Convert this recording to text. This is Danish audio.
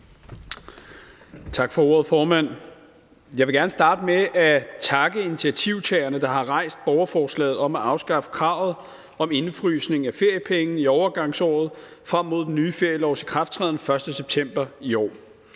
Tak for ordet, formand. Jeg vil gerne starte med at takke initiativtagerne, der har rejst borgerforslaget om at afskaffe kravet om indefrysning af feriepenge i overgangsåret frem mod den nye ferielovs ikrafttræden den 1. september i år.